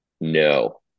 No